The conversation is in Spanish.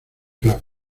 club